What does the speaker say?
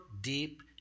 deep